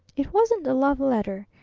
it wasn't a love letter.